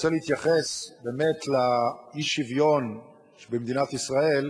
אני רוצה להתייחס לאי-שוויון במדינת ישראל,